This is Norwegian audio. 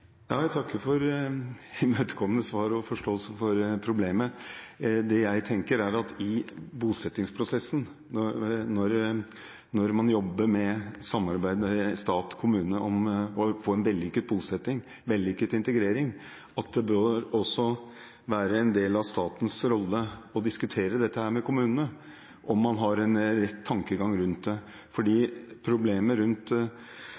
Jeg takker for imøtekommende svar og forståelse for problemet. Det jeg tenker, er at i bosettingsprosessen – når stat og kommune samarbeider om å få til en vellykket bosetting og en vellykket integrering – bør det være en del av statens rolle å diskutere med kommunen om man har en rett tankegang rundt